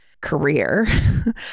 career